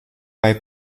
bei